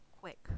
quick